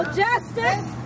justice